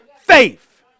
faith